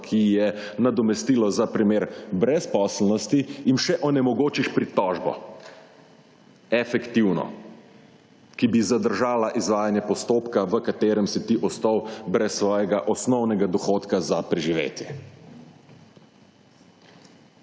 ki je nadomestilo za primer brezposelnosti, jim še onemogočiš pritožbo. Efektivno, ki bi zadržala izvajanje postopka v katerem si ti ostal brez svojega osnovnega dohodka za preživetje.